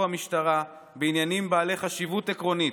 המשטרה בעניינים בעלי חשיבות עקרונית,